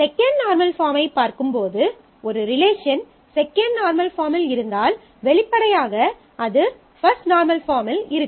second normal பாஃர்மைப் பார்க்கும் போது ஒரு ரிலேஷன் செகண்ட் நார்மல் பாஃர்ம்மில் இருந்தால் வெளிப்படையாக அது பஃஸ்ட் நார்மல் பாஃர்ம்மில் இருக்கும்